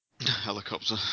Helicopter